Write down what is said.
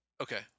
Okay